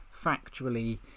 factually